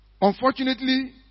Unfortunately